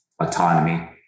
autonomy